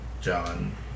John